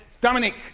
dominic